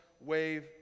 wave